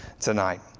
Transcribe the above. tonight